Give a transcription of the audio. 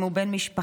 אם הוא בן משפחה,